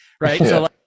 Right